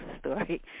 story